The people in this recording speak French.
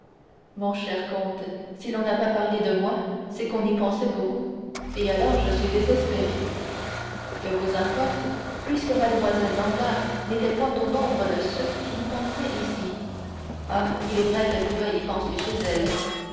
mon cher comte si l'on n'a point parlé de moi c'est qu'on y pensait beaucoup et alors je suis désespéré que vous importe puisque mlle danglars n'était point au nombre de ceux qui y pensaient ici ah il est vrai qu'elle pouvait y penser chez elle